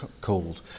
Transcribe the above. called